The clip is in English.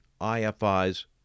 IFI's